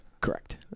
Correct